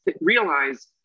realize